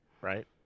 right